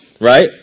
right